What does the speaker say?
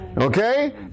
Okay